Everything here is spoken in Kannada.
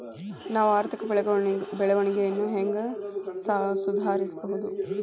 ನಾವು ಆರ್ಥಿಕ ಬೆಳವಣಿಗೆಯನ್ನ ಹೆಂಗ್ ಸುಧಾರಿಸ್ಬಹುದ್?